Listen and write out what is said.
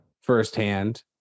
firsthand